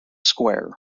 square